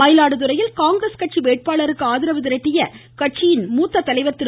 மயிலாடுதுறையில் காங்கிரஸ் கட்சி வேட்பாளருக்கு ஆதரவு திரட்டிய கட்சியின் மூத்த தலைவர் திரு